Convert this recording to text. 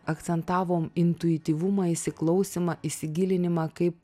akcentavom intuityvumą įsiklausymą įsigilinimą kaip